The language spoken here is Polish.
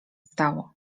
stało